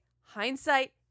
hindsight